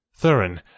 Thurin